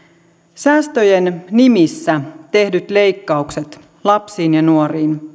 säästöjen nimissä tehdyt leikkaukset lapsiin ja nuoriin